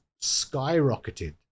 skyrocketed